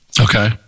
Okay